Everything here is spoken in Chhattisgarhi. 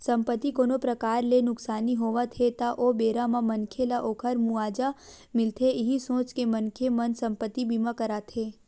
संपत्ति कोनो परकार ले नुकसानी होवत हे ता ओ बेरा म मनखे ल ओखर मुवाजा मिलथे इहीं सोच के मनखे मन संपत्ति बीमा कराथे